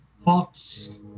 thoughts